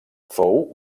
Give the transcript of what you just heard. fou